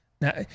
now